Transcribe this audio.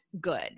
good